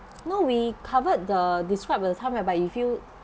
no we covered the describe the time whereby you feel